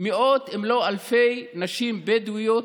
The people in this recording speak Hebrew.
מאות אם לא אלפי נשים בדואיות,